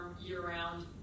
year-round